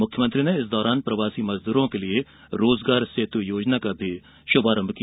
मुख्यमंत्री ने इस दौरान प्रवासी मजदूरों के लिए रोजगार सेतु योजना का भी शुभारंभ किया